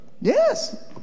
Yes